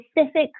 specific